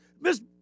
miss